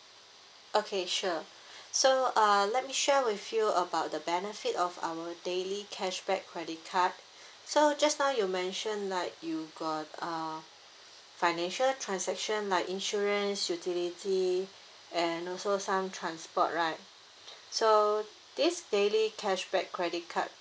okay sure so uh let me share with you about the benefit of our daily cashback credit card so just now you mention like you got uh financial transaction like insurance utility and also some transport right so this daily cashback credit card